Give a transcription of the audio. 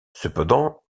cependant